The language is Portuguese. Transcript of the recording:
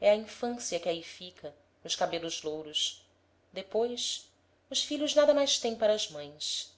é a infância que ali fica nos cabelos louros depois os filhos nada mais têm para as mães